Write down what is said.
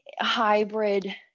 hybrid